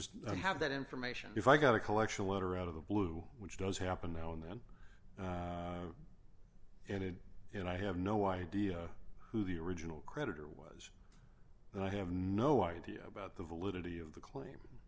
don't have that information if i got a collection letter out of the blue which does happen now and then and it and i have no idea who the original creditor was and i have no idea about the validity of the claim